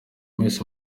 miss